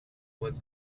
was